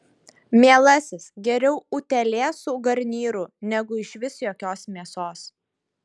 mielasis geriau utėlė su garnyru negu išvis jokios mėsos